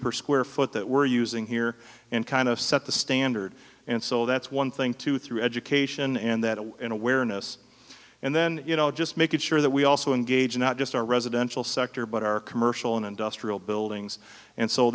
per square foot that we're using here and kind of set the standard and so that's one thing too through education and that in awareness and then you know just making sure that we also engage not just our residential sector but our commercial and industrial buildings and so